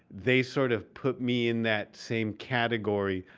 they sort of put me in that same category.